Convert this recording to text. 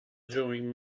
drowning